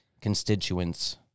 constituents